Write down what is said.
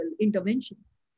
interventions